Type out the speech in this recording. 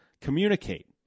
communicate